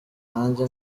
nanjye